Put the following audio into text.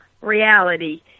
reality